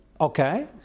Okay